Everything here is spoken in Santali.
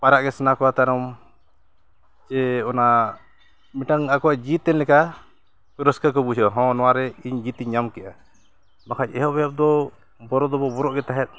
ᱯᱟᱭᱨᱟᱜ ᱜᱮ ᱥᱟᱱᱟ ᱠᱚᱣᱟ ᱛᱟᱭᱱᱚᱢ ᱡᱮ ᱚᱱᱟ ᱢᱤᱫᱴᱟᱝ ᱟᱠᱚᱣᱟᱜ ᱡᱤᱛᱮᱱ ᱞᱮᱠᱟ ᱨᱟᱹᱥᱠᱟᱹ ᱠᱚ ᱵᱩᱡᱷᱟᱹᱣᱟ ᱦᱚᱸ ᱱᱚᱶᱟᱨᱮ ᱤᱧ ᱡᱤᱛᱤᱧ ᱧᱟᱢ ᱠᱮᱫᱟ ᱵᱟᱝᱠᱷᱟᱡ ᱮᱦᱚᱵ ᱮᱦᱚᱵ ᱫᱚ ᱵᱚᱨᱚ ᱫᱚᱵᱚ ᱵᱚᱨᱚᱜᱼᱜᱮ ᱛᱟᱦᱮᱸᱜ